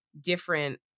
different